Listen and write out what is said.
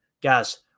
guys